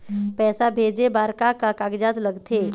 पैसा भेजे बार का का कागजात लगथे?